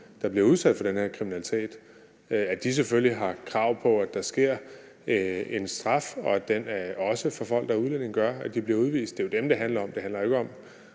der bliver udsat for den her kriminalitet, og at de selvfølgelig har et krav på, at der sker en straf, og at den også for folk, der er udlændinge, gør, at de bliver udvist. Det er jo dem, det handler om. Det handler jo ikke om,